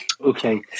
Okay